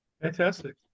Fantastic